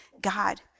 God